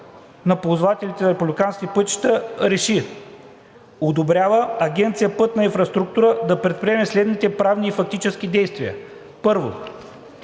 на ползвателите на републиканските пътища РЕШИ: Одобрява Агенция „Пътна инфраструктура“ да предприеме следните правни и фактически действия: 1.